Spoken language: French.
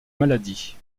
maladies